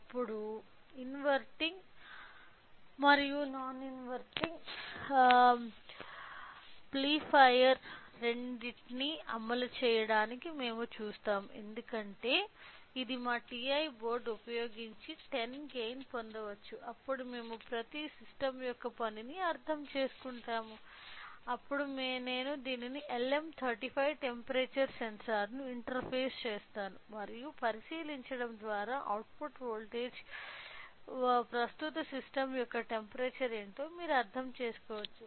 ఇప్పుడు ఇన్వర్టింగ్ మరియు non inverting amplifier రెండింటిని అమలు చేయడాన్ని మేము చూస్తాము ఎందుకంటే ఇది మా టిఐ బోర్డ్ ఉపయోగించి 10 గైన్ పొందవచ్చు అప్పుడు మేము ప్రతి సిస్టమ్ యొక్క పనిని అర్థం చేసుకుంటాము అప్పుడు నేను దీనికి LM35 టెంపరేచర్ సెన్సార్ను ఇంటర్ఫేస్ చేస్తాను మరియు పరిశీలించడం ద్వారా అవుట్పుట్ వోల్టేజ్ ప్రస్తుతం సిస్టమ్ యొక్క టెంపరేచర్ ఏమిటో మీరు అర్థం చేసుకోవచ్చు